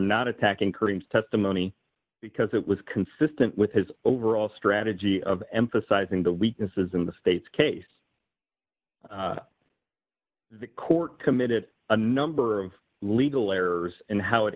not attacking chremes testimony because it was consistent with his overall strategy of emphasizing the weaknesses in the state's case the court committed a number of legal errors and how it